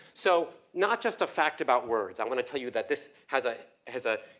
so, not just a fact about words. i wanna tell you that this has a, has a,